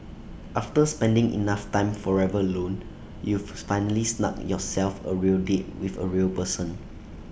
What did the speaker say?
after spending enough time forever alone you've finally snugged yourself A real date with A real person